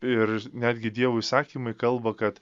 ir netgi dievo įsakymai kalba kad